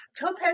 Topaz